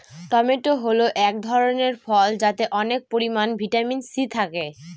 tomato হল এক ধরনের ফল যাতে অনেক পরিমান ভিটামিন সি থাকে